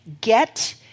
Get